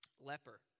leper